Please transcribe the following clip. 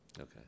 Okay